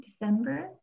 December